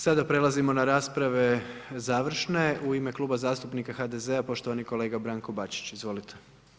Sada prelazimo na rasprave, završne, u ime Kluba zastupnika HDZ-a, poštovani kolega Branko Bačić, izvolite.